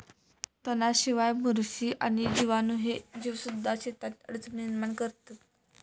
तणांशिवाय, बुरशी आणि जीवाणू ह्ये जीवसुद्धा शेतात अडचणी निर्माण करतत